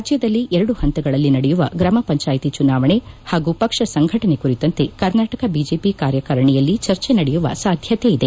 ರಾಜ್ಯದಲ್ಲಿ ಎರಡು ಪಂತಗಳಲ್ಲಿ ನಡೆಯುವ ಗ್ರಾಮ ಪಂಜಾಯತಿ ಚುನಾವಣೆ ಪಾಗೂ ಪಕ್ಷ ಸಂಘಟನೆ ಕುರಿತಂತೆ ಕರ್ನಾಟಕ ಬಿಜೆಪಿ ಕಾರ್ಯಕಾರಣಿಯಲ್ಲಿ ಚರ್ಚೆ ನಡೆಯುವ ಸಾಧ್ಯತೆಯಿದೆ